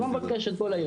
אני לא מבקש את כל העיר,